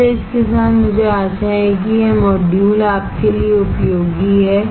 इसलिए इसके साथ मुझे आशा है कि यह मॉड्यूल आपके लिए उपयोगी है